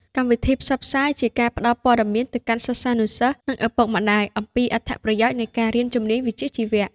កម្មវិធីផ្សព្វផ្សាយ ជាការផ្តល់ព័ត៌មានទៅកាន់សិស្សានុសិស្ស និងឪពុកម្តាយអំពីអត្ថប្រយោជន៍នៃការរៀនជំនាញវិជ្ជាជីវៈ។